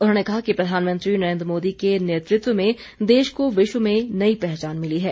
उन्होंने कहा कि प्रधानमंत्री नरेन्द्र मोदी के नेतृत्व में देश को विश्व में नई पहचान मिली है